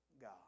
God